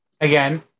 Again